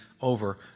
over